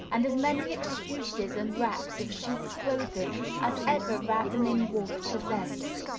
and as many excuses and wraps of sheep's clothing as ever ravening wolf possessed.